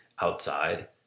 outside